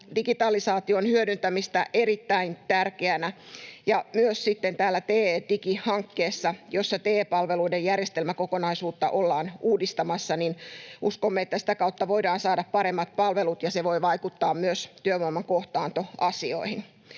digitalisaation hyödyntämistä erittäin tärkeänä. Sitten myös tästä TE-digihankkeesta, jossa TE-palveluiden järjestelmäkokonaisuutta ollaan uudistamassa, uskomme, että sitä kautta voidaan saada paremmat palvelut, ja se voi vaikuttaa myös työvoiman kohtaantoasioihin.